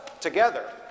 together